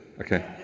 Okay